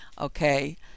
okay